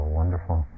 wonderful